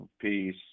peace